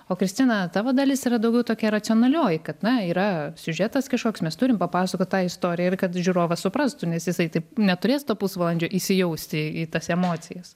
o kristina tavo dalis yra daugiau tokia racionalioji kad na yra siužetas kažkoks mes turim papasakot tą istoriją ir kad žiūrovas suprastų nes jisai taip neturės to pusvalandžio įsijausti į tas emocijas